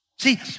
See